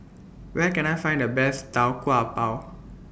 Where Can I Find The Best Tau Kwa Pau